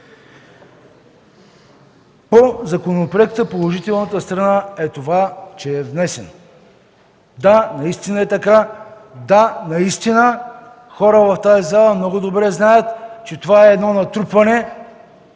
по законопроекта е това, че е внесен. Да, наистина е така. Да, наистина хора в тази зала много добре знаят, че това е натрупване